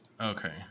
Okay